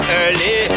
early